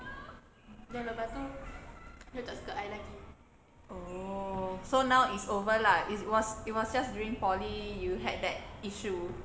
oh so now it's over lah it was it was just during polytechnic you had that issue